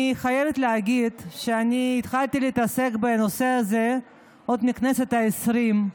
אני חייבת להגיד שאני התחלתי להתעסק בנושא הזה עוד בכנסת העשרים.